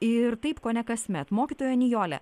ir taip kone kasmet mokytoja nijole